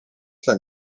dla